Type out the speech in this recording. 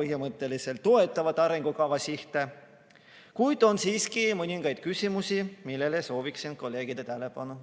põhimõtteliselt toetavad arengukava sihte, kuid on siiski mõningaid küsimusi, millele soovin kolleegide tähelepanu